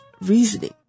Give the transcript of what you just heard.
reasoning